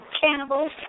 Cannibals